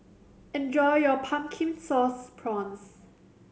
enjoy your Pumpkin Sauce Prawns